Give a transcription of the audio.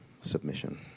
submission